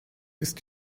ist